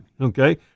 okay